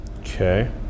okay